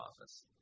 office